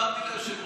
דיברתי ליושב-ראש.